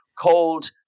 called